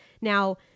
Now